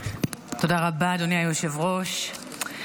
אדוני היושב-ראש.